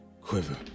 quiver